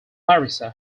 larissa